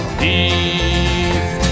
peace